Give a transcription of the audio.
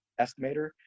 estimator